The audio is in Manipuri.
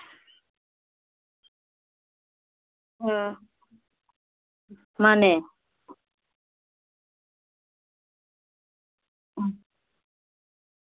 ꯎꯝ ꯍꯥꯏꯗꯤ ꯂꯥꯟꯁꯤ ꯂꯥꯛꯈꯤꯕꯗꯒꯤ ꯄꯨꯟꯈꯤꯗꯕꯁꯨ ꯀꯨꯏꯔꯦ ꯑꯗꯨꯅ ꯁꯦꯔꯧ ꯕ꯭ꯔꯤꯖꯇꯨ ꯌꯥꯝ ꯐꯖꯔꯦꯅꯁꯨ ꯇꯥꯏ ꯑꯗꯨꯅ ꯑꯗꯨ ꯁꯦꯔꯧ ꯕ꯭ꯔꯤꯗꯖ ꯂꯣꯝꯗ ꯑꯣꯏꯅ ꯑꯗꯨꯝ ꯅꯣꯡꯃ